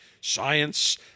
science